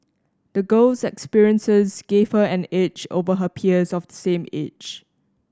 the girl's experiences gave her an edge over her peers of the same age